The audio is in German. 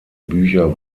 bücher